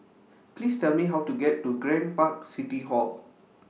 Please Tell Me How to get to Grand Park City Hall